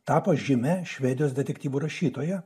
tapo žymia švedijos detektyvų rašytoja